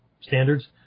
standards